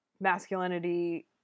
masculinity